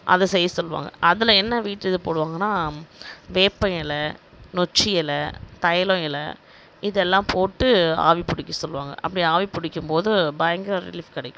அதை செய்ய சொல்வாங்க அதில் என்ன வீட்டில் போடுவாங்கன்னா வேப்ப இலை நொச்சி இலை தைலம் இலை இது எல்லாம் போட்டு ஆவி பிடிக்க சொல்வாங்க அப்படி ஆவி பிடிக்கும்போது பயங்கரமா ரிலீஃப் கிடைக்கும்